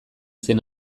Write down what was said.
zen